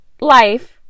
life